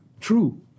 true